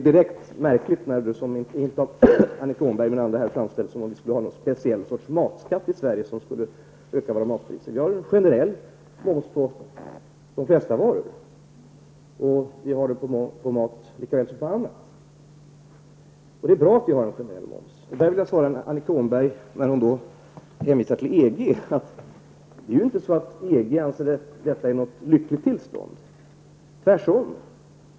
Direkt märkligt är det när inte Annika Åhnberg men väl andra talare framställer det som om det skulle finnas en speciell matskatt i Sverige som ökar våra matpriser. Vi har en generell moms på de flesta varor, på mat lika väl som på annat, och det är bra att vi har en generell moms. När Annika Åhnberg hänvisar till EG, vill jag säga att EG inte anser det vara något lyckligt tillstånd man har där, tvärtom.